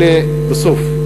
לבסוף,